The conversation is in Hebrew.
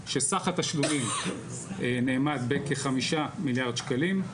שסך התשלומים נאמד בכ-5 מיליארד שקלים.